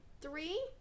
Three